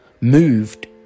moved